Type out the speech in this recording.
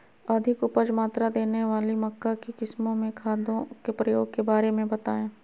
अधिक उपज मात्रा देने वाली मक्का की किस्मों में खादों के प्रयोग के बारे में बताएं?